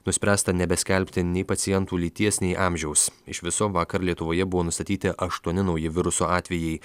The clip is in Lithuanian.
nuspręsta nebeskelbti nei pacientų lyties nei amžiaus iš viso vakar lietuvoje buvo nustatyti aštuoni nauji viruso atvejai